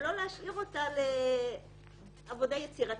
ולא להשאיר אותה לעבודה יצירתית,